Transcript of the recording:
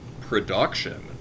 production